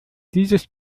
dieses